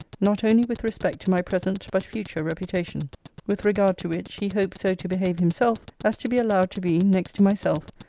not only with respect to my present but future reputation with regard to which, he hopes so to behave himself, as to be allowed to be, next to myself,